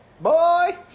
Boy